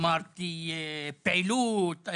אמרתי פעילות,